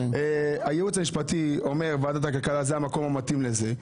הייעוץ המשפטי אומר שוועדת הכלכלה זה המקום המתאים לזה.